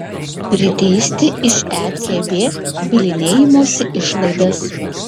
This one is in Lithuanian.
priteisti iš ecb bylinėjimosi išlaidas